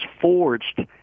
forged